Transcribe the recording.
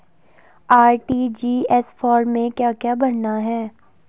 RTGS form में क्या क्या भरना है?